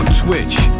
twitch